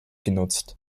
genutzt